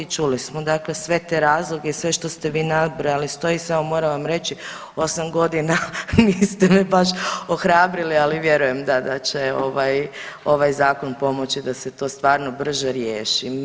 Čuli smo dakle sve te razloge i sve što ste vi nabrojali stoji samo moram vam reći osam godina niste me baš ohrabrili, ali vjerujem da će ovaj zakon pomoći da se to stvarno brže riješi.